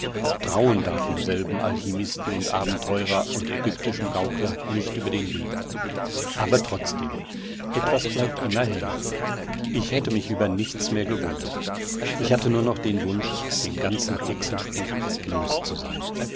trauen darf man selbem alchimisten und abenteurer und ägyptischen gaukler nicht über den weg aber trotzdem etwas bleibt immer hängen ich hätte mich über nichts mehr gewundert ich hatte nur noch den wunsch den ganzen hexenspuk los zu sein